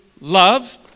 love